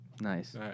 Nice